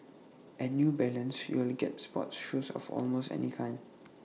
at new balance you will get sports shoes of almost any kind